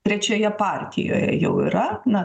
trečioje partijoje jau yra na